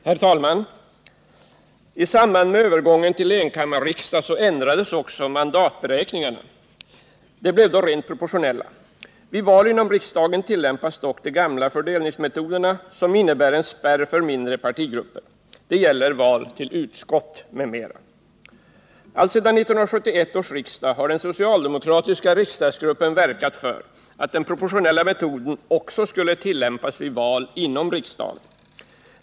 Herr talman! I samband med övergången till enkammarriksdag ändrades också mandatberäkningarna. De blev då rent proportionella. Vid val inom riksdagen tillämpas dock de gamla fördelningsmetoderna, som innebär en spärr för mindre partigrupper. Det gäller val till utskott m.m. Alltsedan 1971 års riksdag har den socialdemokratiska riksdagsgruppen verkat för att den proportionella metoden också skall tillämpas vid val inom riksdagen.